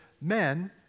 men